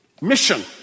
mission